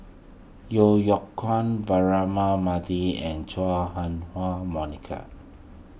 Yeo Yeow Kwang Braema Mathi and Chua Ah Huwa Monica